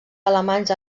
alemanys